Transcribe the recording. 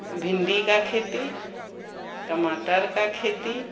भिण्डी का खेती टमाटर का खेती